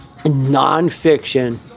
nonfiction